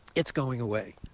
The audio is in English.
it's going away.